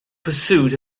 pursuit